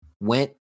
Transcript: went